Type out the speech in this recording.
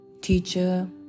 teacher